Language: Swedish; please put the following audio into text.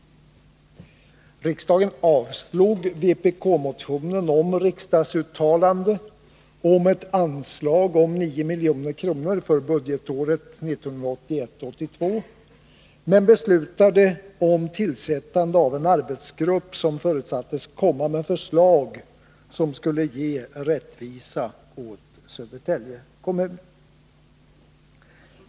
Riksdagen avslog vpk-motionen rörande ett riksdagsuttalande om ett anslag på 9 milj.kr. för budgetåret 1981/82 men förordnade tillsättande av en arbetsgrupp, som förutsattes lägga fram förslag som skulle ge rättvisa åt Södertälje kommun.